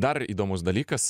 dar įdomus dalykas